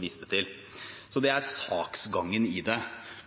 viste til. Det er saksgangen i det.